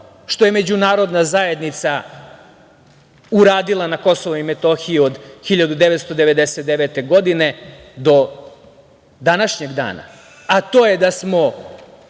što je međunarodna zajednica uradila na Kosovu i Metohiji od 1999. godine do današnjeg dana,